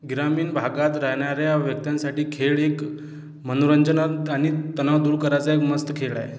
ग्रामीण भागात राहणाऱ्या व्यक्तींसाठी खेळ एक मनोरंजनाचा आणि तणाव दूर करायचा एक मस्त खेळ आहे